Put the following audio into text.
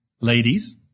Ladies